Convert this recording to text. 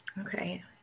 Okay